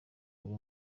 uri